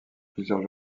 plusieurs